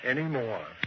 Anymore